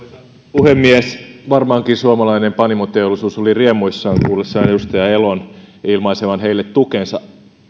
puhemies varmaankin suomalainen panimoteollisuus oli riemuissaan kuullessaan edustaja elon ilmaisevan heille tukensa